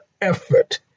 effort